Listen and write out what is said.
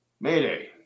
Mayday